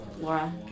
Laura